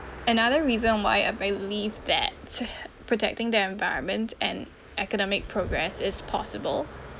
another reason why I believe that to protecting the environment and academic progress is possible